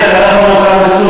אלי אתה לא יכול לבוא בטענה כזו.